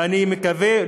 ואני מקווה,